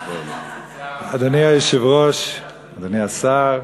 אדוני היושב-ראש, אדוני השר,